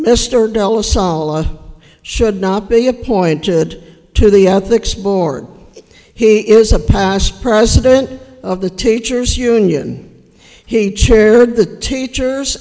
salla should not be appointed to the ethics board he is a past president of the teachers union he chaired the teachers